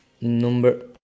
Number